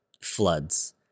floods